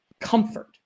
comfort